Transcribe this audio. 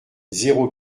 zéro